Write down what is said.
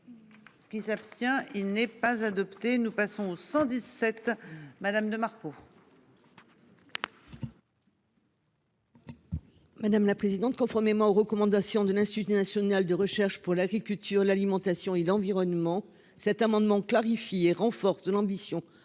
Qui s'abstient. Il n'est pas adopté. Nous passons au 117 Madame de Marco. Madame la présidente, conformément aux recommandations de l'Institut national de recherche pour l'agriculture, l'alimentation et l'environnement. Cet amendement clarifie et renforce l'ambition